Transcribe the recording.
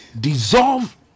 Dissolve